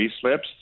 slips